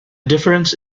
difference